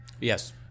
Yes